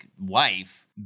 wife